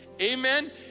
amen